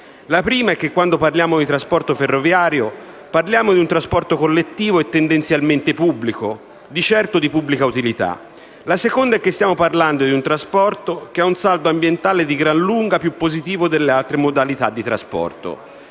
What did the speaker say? il primo è che quando parliamo di trasporto ferroviario parliamo di un trasporto collettivo e tendenzialmente pubblico di certo di pubblica utilità; il secondo è che stiamo parlando di un trasporto cha ha un saldo ambientale di gran lunga più positivo delle altre modalità di trasporto.